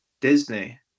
Disney